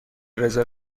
رزرو